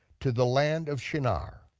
to the land of shinar,